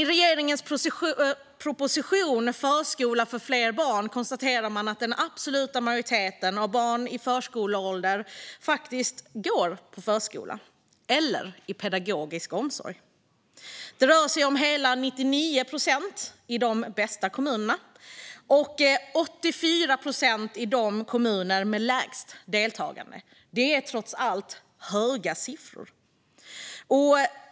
I regeringens proposition Förskola för fler barn konstaterar man att den absoluta majoriteten av barnen i förskoleålder faktiskt går på förskola eller i pedagogisk omsorg. Det rör sig om hela 99 procent i de bästa kommunerna och 84 procent i de kommuner som har lägst deltagande. Det är trots allt höga siffror.